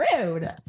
rude